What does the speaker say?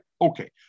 Okay